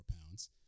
pounds